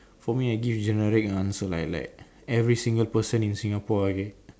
for me I give generic answer like like every single person in Singapore okay